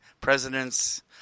presidents